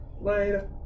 Later